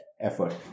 effort